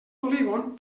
polígon